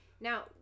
Now